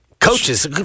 Coaches